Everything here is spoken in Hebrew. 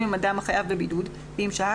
אם זה חום,